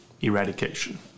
eradication